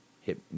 hit